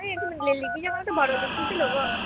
ওই নিবি যখন একটু বড়ো দেখেই তো নেব